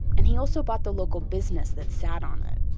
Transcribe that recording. and he also bought the local business that sat on it.